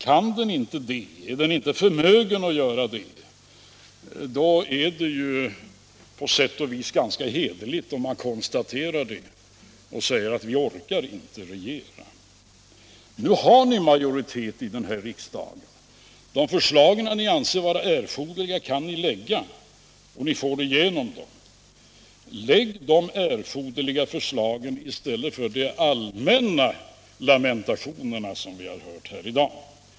Om den inte är förmögen att göra det, då är det på sätt och vis ganska hederligt att man konstaterar det och säger: vi orkar inte regera. Men nu har ni majoriteten här i riksdagen. De förslag ni anser vara erforderliga kan ni lägga fram, och ni kan få igenom dem. Lägg då fram dessa erforderliga förslag i stället för de allmänna lamentationer vi har hört här i dag!